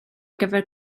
gyfer